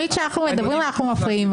תמיד כשאנחנו מדברים אנחנו מפריעים.